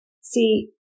See